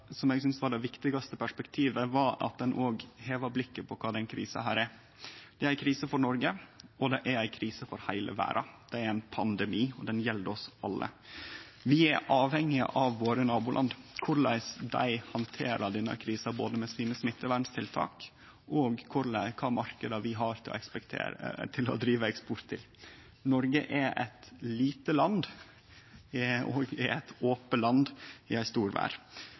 eg syntest var det viktigaste perspektivet, at ein òg hevar blikket på kva denne krisa er. Det er ei krise for Noreg, og det er ei krise for heile verda. Det er ein pandemi, og det gjeld oss alle. Vi er avhengige av nabolanda våre, både korleis dei handterer denne krisa med sine smitteverntiltak, og kva marknader vi har å eksportere til. Noreg er eit lite og ope land i ei stor verd.